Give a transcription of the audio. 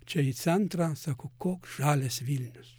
čia į centrą sako koks žalias vilnius